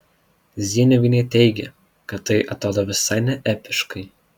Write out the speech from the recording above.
zieniuvienė teigia kad tai atrodo visai neepiškai